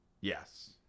Yes